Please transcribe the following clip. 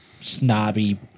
snobby